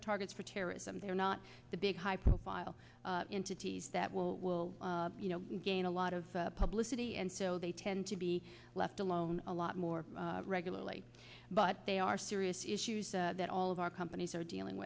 or targets for terrorism they're not the big high profile entities that will will gain a lot of publicity and so they tend to be left alone a lot more regularly but they are serious issues that all of our companies are dealing